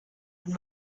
und